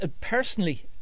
personally